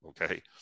Okay